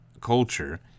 culture